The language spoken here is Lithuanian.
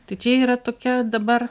tai čia yra tokia dabar